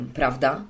prawda